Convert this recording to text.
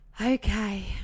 Okay